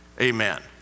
amen